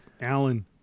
Alan